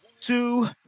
two